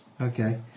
Okay